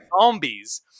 zombies